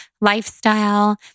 lifestyle